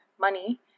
money